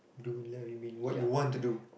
do lah you mean what you want to do